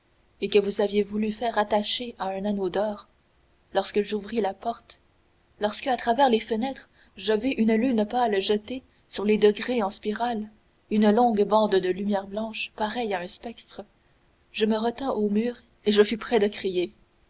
et que vous aviez voulu faire attacher à un anneau d'or lorsque j'ouvris la porte lorsque à travers les fenêtres je vis une lune pâle jeter sur les degrés en spirale une longue bande de lumière blanche pareille à un spectre je me retins au mur et je fus près de crier